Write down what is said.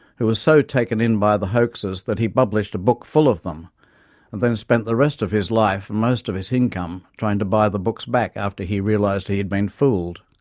who was so taken in by the hoaxes that he published a book full of them and then spent the rest of his life and most of his income trying to buy the books back after he realised he had been fooled.